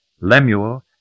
Lemuel